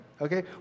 Okay